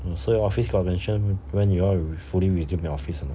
mm so your office got mention when you all you will fully resume your office ah